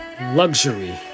luxury